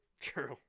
True